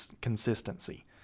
consistency